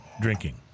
Drinking